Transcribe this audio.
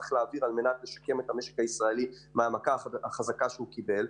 שצריך לייסד על מנת לשקם את המשק מהמכה החזקה שהוא קיבל.